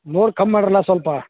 ನೋಡಿ ಕಮ್ ಮಾಡ್ರಲ್ಲಾ ಸ್ವಲ್ಪ